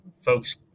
folks